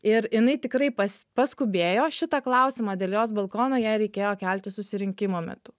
ir jinai tikrai pas paskubėjo šitą klausimą dėl jos balkono jai reikėjo kelti susirinkimo metu